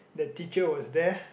that teacher was there